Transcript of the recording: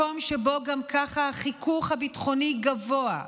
מקום שבו גם ככה החיכוך הביטחוני גבוה,